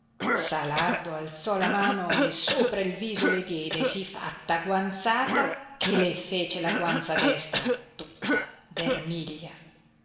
salardo alzò la mano e sopra viso le diede sì fatta guanzata che le fece la guanza destra tutta vermiglia